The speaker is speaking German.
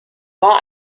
war